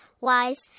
wise